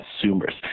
consumers